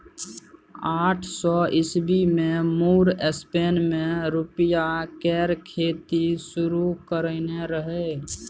आठ सय ईस्बी मे मुर स्पेन मे रुइया केर खेती शुरु करेने रहय